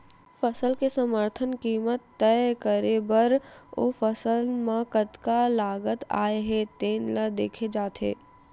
फसल के समरथन कीमत तय करे बर ओ फसल म कतका लागत आए हे तेन ल देखे जाथे